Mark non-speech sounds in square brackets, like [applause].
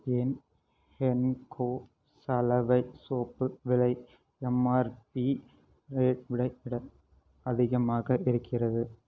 ஏன் ஹென்கோ சலவை சோப்பு விலை எம்ஆர்பி [unintelligible] விட அதிகமாக இருக்கிறது